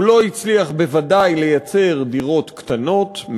הוא ודאי לא הצליח לייצר דירות קטנות,